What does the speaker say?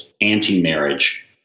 anti-marriage